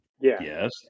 Yes